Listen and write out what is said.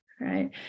right